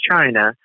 China